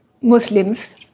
Muslims